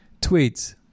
tweets